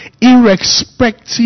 irrespective